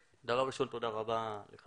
רבה ליושב-ראש הוועדה,